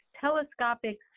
telescopic